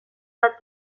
bat